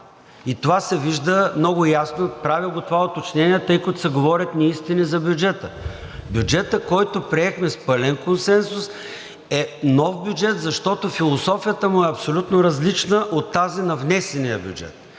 Това се вижда много ясно. Правя това уточнение, тъй като се говорят неистини за бюджета. Бюджетът, който приехме с пълен консенсус, е нов бюджет, защото философията му е абсолютно различна от тази на внесения бюджет.